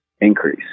increase